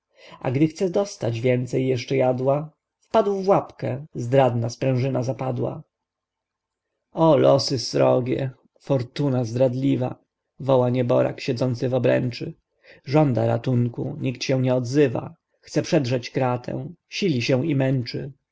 a gdy chce dostać więcej jeszcze jadła wpadł w łapkę zdradna sprężyna zapadła o losy srogie fortuna zdradliwa woła nieborak siedzący w obręczy żąda ratunku nikt się nie odzywa chce przedrzeć kratę sili się i męczy